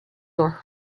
were